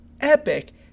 epic